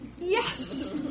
Yes